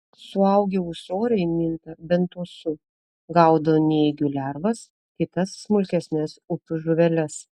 suaugę ūsoriai minta bentosu gaudo nėgių lervas kitas smulkesnes upių žuveles